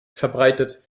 verbreitet